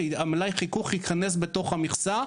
שמלאי החיכוך ייכנס בתוך המכסה,